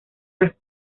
las